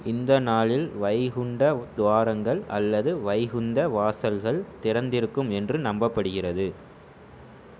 இந்த நாளில் வைகுண்ட துவாரங்கள் அல்லது வைகுந்த வாசல்கள் திறந்திருக்கும் என்று நம்பப்படுகிறது